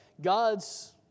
God's